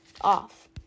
off